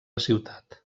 ciutat